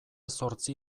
zortzi